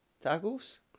tackles